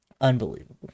Unbelievable